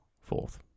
fourth